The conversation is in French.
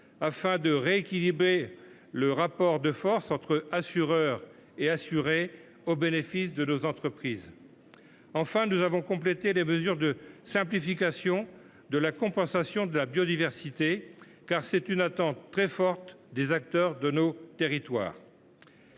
afin de rééquilibrer le rapport de force entre assureurs et assurés au bénéfice de nos entreprises. Enfin, nous avons complété les mesures de simplification de la compensation de la biodiversité, une attente très forte des acteurs de nos territoires.